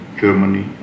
Germany